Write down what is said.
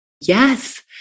Yes